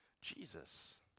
Jesus